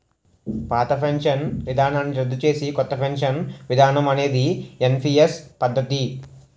పాత పెన్షన్ విధానాన్ని రద్దు చేసి కొత్త పెన్షన్ విధానం అనేది ఎన్పీఎస్ పద్ధతి